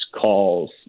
calls